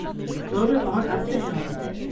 he floated on up the hill with it,